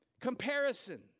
Comparison